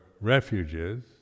refuges